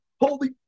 holy